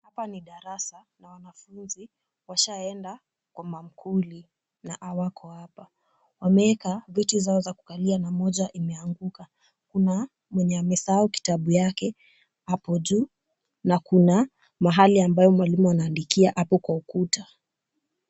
Hapa ni darasa na wanafunzi washaenda kwa maakuli na hawako hapa. Wameeka viti zao za kukalia na moja imeanguka. Kuna mwenye amesahau kitabu yake hapo juu na kuna mahali ambayo mwalimu ameandikia hapo kwa ukuta.